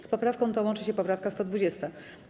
Z poprawką tą łączy się poprawka 120.